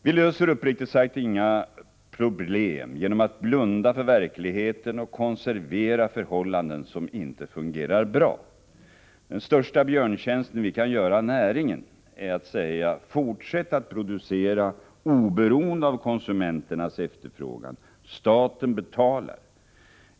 Vi löser, uppriktigt sagt, inga problem genom att blunda för verkligheten och konservera förhållanden som inte fungerar bra. Den största björntjänsten vi kan göra näringen är att säga: Fortsätt att producera oberoende av konsumenternas efterfrågan, staten betalar.